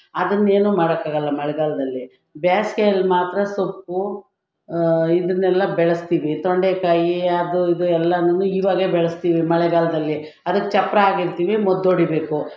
ಅದನ್ನೇನು ಮಾಡೋಕ್ಕಾಗಲ್ಲ ಮಳೆಗಾಲ್ದಲ್ಲಿ ಬೇಸ್ಗೆಯಲ್ಲಿ ಮಾತ್ರ ಸೊಪ್ಪು ಇದನ್ನೆಲ್ಲ ಬೆಳೆಸ್ತೀವಿ ತೊಂಡೆಕಾಯಿ ಅದು ಇದು ಎಲ್ಲಾನೂ ಇವಾಗ್ಲೆ ಬೆಳೆಸ್ತೀವಿ ಮಳೆಗಾಲದಲ್ಲಿ ಅದಕ್ಕೆ ಚಪ್ಪರ ಹಾಕಿರ್ತೀವಿ ಮದ್ದು ಹೊಡಿಬೇಕು